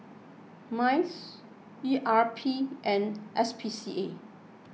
Mice E R P and S P C A